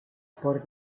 por